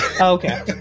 Okay